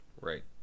Right